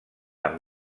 amb